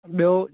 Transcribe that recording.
ॿियो